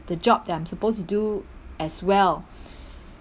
the job that I'm supposed to do as well